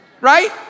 right